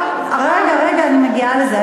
רגע, אני מגיעה לזה.